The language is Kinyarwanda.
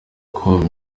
com